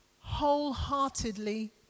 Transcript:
wholeheartedly